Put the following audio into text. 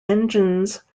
engines